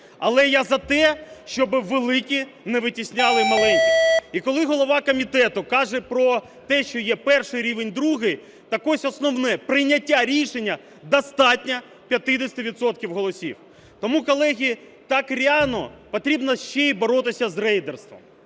але я за те, щоб великі не витісняли маленьких. І коли голова комітету каже про те, що є перший рівень, другий, так ось основне: прийняття рішення – достатньо 50 відсотків голосів. Тому, колеги, так рьяно потрібно ще й боротися з рейдерством